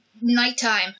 nighttime